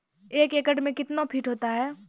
एक एकड मे कितना फीट होता हैं?